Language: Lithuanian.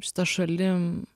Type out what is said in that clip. šita šalim